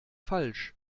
falsch